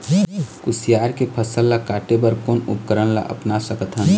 कुसियार के फसल ला काटे बर कोन उपकरण ला अपना सकथन?